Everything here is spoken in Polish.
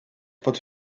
pod